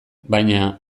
baina